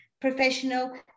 professional